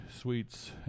suites